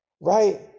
right